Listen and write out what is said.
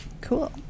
cool